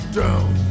down